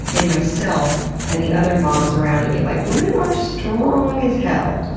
in myself and the other moms around me. like women are strong as hell.